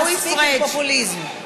מספיק עם הפופוליזם.